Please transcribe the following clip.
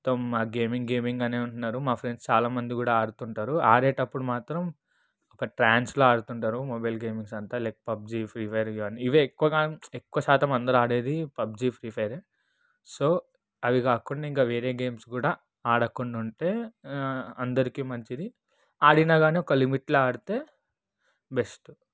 మొత్తం ఆ gaming gaming అనే ఉంటున్నారు మా ఫ్రెండ్స్ చాలా మంది కూడా ఆడుతుంటారు ఆడేటప్పుడు మాత్రం ఒక ట్రాన్స్లో ఆడుతుంటారు మొబైల్ గేమింగ్స్ అంతా లైక్ పబ్జి ఫ్రీ ఫైర్ కానీ ఇవే ఎక్కువగా ఎక్కువ శాతం అందరూ ఆడేది పబ్జి ఫ్రీ ఫైరే సో అవి కాకుండా ఇంకా వేరే గేమ్స్ కూడా ఆడకుండా ఉంటే అందరికీ మంచిది ఆడిన కానీ ఒక లిమిట్లో ఆడితే బెస్ట్